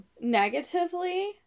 Negatively